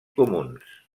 comuns